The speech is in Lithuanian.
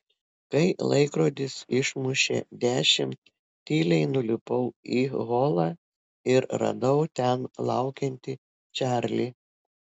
kai laikrodis išmušė dešimt tyliai nulipau į holą ir radau ten laukiantį čarlį